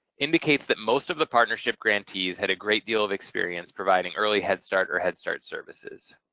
indicates that most of the partnership grantees had a great deal of experience providing early head start or head start services.